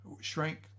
shrank